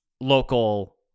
local